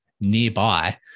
nearby